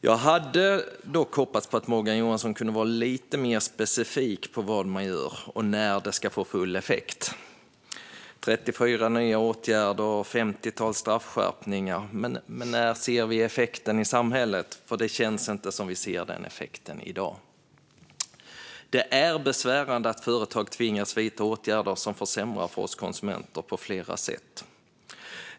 Jag hade dock hoppats på att Morgan Johansson skulle vara lite mer specifik med vad man gör och när det ska få full effekt. Det talas om 34 nya åtgärder och ett femtiotal straffskärpningar, men när ser vi effekten i samhället? Det känns inte som att vi ser den effekten i dag. Det är besvärande att företag tvingas vidta åtgärder som försämrar för oss konsumenter på flera sätt.